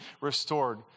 restored